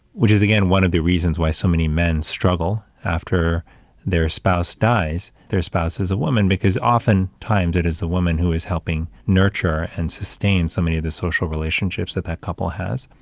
which is again, one of the reasons why so many men struggle after their spouse dies, their spouse as a woman, because often times it is the woman who is helping nurture and sustain so many of the social relationships that that couple has.